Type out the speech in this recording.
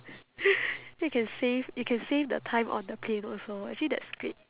you can save you can save the time on the plane also actually that's great